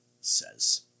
says